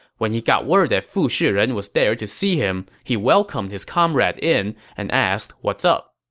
when he got word that fu shiren was there to see him, he welcomed his comrade in and asked what's up